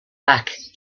back